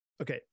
okay